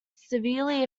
severely